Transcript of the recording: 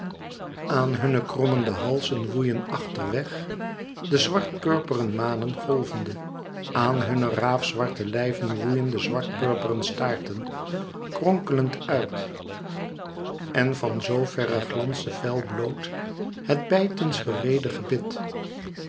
aan hunne krommende halzen woeien achter weg de zwart purperen manen golvende aan hunne raafzwarte lijven woeien de zwart purperen staarten kronkelend uit en van zoo verre glansde fel bloot het bijtensgereede gebit